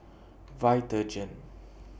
Vitagen